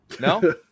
No